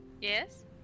Yes